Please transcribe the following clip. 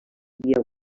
via